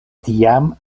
tiam